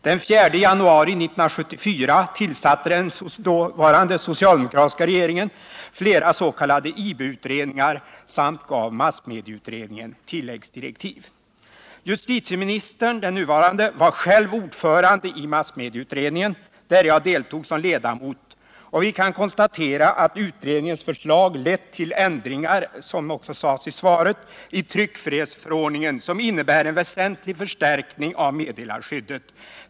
Den 4 januari 1974 tillsatte den dåvarande socialdemokratiska regeringen flera s.k. IB-utredningar samt gav massmedieutredningen tilläggsdirektiv. Den nuvarande justitieministern var själv ordförande i massmedieutredningen, där jag deltog som ledamot, och vi kan konstatera att utredningens förslag lett till ändringar — vilket också sades i svaret — i tryckfrihetsförordningen som innebär en väsentlig förstärkning av meddelarskyddet.